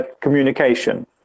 communication